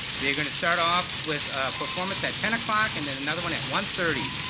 they're gonna start off with a performance at ten o'clock and then another one at one thirty,